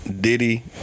Diddy